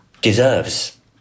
deserves